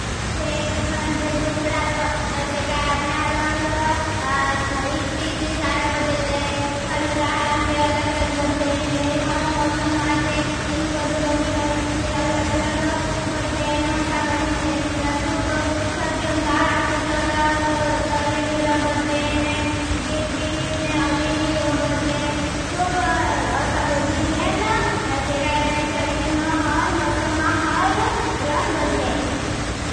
जे गुर्फडारो, जे काई अपने रंग इत्री इत्री साथ में बदल ले। थडनु दाहडाम चे अलग रंग बदले, ने हर मोसम मां चे तिनंग वद्धु गर्मी होई। ती चे अलग अलग बदले, ने हसा करें चे। तिंद्रा सुब, सर्दियों दाहडाम कुछ अलग, सर्दियों दाहडाम कुछ अलग बदले। ने हर मोसम मां चे तिंद्रा सुब, सर्दियों दाहडाम कुछ अलग बदले।